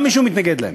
גם אם מישהו מתנגד לכם.